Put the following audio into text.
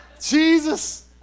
Jesus